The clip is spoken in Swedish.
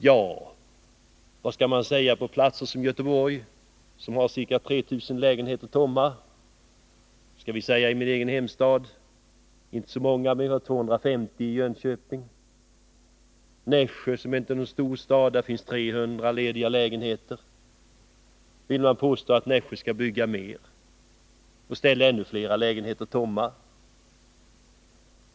Ja, vad skall man säga när det gäller platser som Göteborg, som har ca 3 000 lägenheter tomma? Vad skall vi säga i min egen hemstad? Vi har inte så många tomma lägenheter i Jönköping, men det är ändå ca 250. I Nässjö, som inte är någon stor stad, finns 300 lediga lägenheter. Vill man påstå att Nässjö skall bygga mer och ställa ännu fler lägenheter tomma?